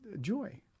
joy